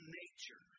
nature